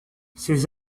ces